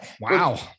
Wow